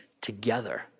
together